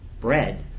bread